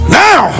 now